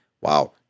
Wow